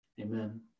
amen